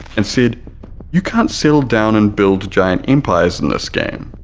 and said you can't settle down and build giant empires in this game,